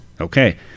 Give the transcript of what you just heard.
okay